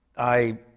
i